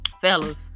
Fellas